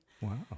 Wow